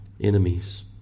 enemies